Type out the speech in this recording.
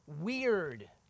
weird